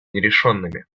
нерешенными